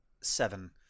seven